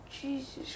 Jesus